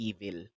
Evil